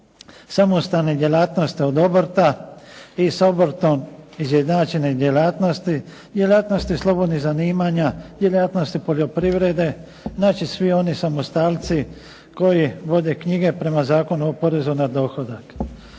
samostalnost djelatnost od obrta i s obrtom izjednačene djelatnosti, djelatnosti slobodnih zanimanja, djelatnosti poljoprivrede. Znači svi oni samostalci koji vode knjige prema Zakonu o porezu na dohodak.